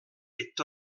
est